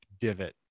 divot